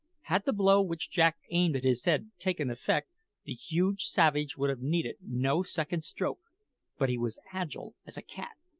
had the blow which jack aimed at his head taken effect, the huge savage would have needed no second stroke but he was agile as a cat,